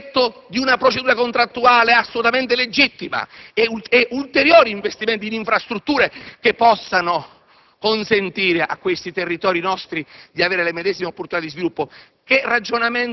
il rispetto di una procedura contrattuale assolutamente legittima e ulteriori investimenti in infrastrutture che potessero consentire a questi nostri territori di avere le medesime opportunità di sviluppo.